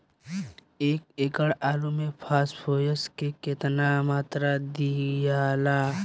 एक एकड़ आलू मे फास्फोरस के केतना मात्रा दियाला?